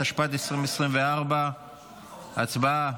התשפ"ד 2024. הצבעה.